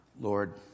Lord